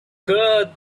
curd